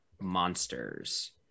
monsters